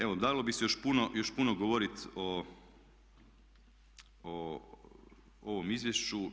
Evo, dalo bi se još puno govoriti o ovom izvješću.